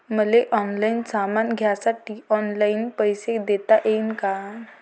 मले ऑनलाईन सामान घ्यासाठी ऑनलाईन पैसे देता येईन का?